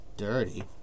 Dirty